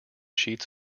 sheets